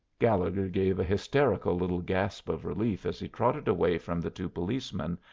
gallegher gave a hysterical little gasp of relief as he trotted away from the two policemen,